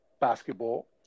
basketball